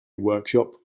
workshop